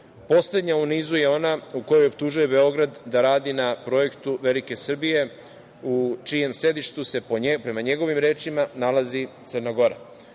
Poslednja u nizu je ona u kojoj optužuje Beograd da radi na projektu velike Srbije u čijem sedištu se, prema njegovim rečima, nalazi Crna Gora.